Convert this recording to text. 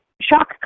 shock